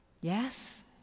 Yes